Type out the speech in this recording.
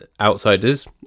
outsiders